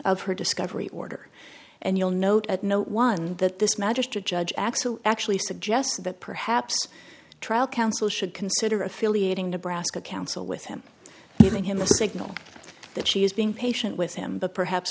of her discovery order and you'll note at no one that this magistrate judge x who actually suggests that perhaps trial counsel should consider affiliating nebraska counsel with him giving him the signal that she is being patient with him but perhaps